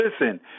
Listen